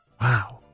Wow